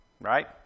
right